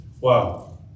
wow